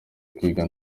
kwiga